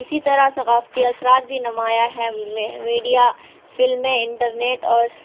اسی طرح ثقافتی اثرات بھی نمایاں ہے میڈیا فلمیں انٹرنیٹ اور